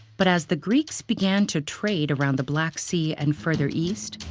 but as the greeks began to trade around the black sea and further east,